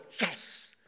yes